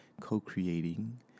co-creating